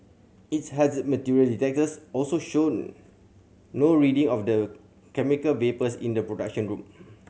its hazard material detectors also showed no reading of the chemical vapours in the production room